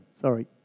Sorry